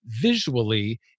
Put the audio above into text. Visually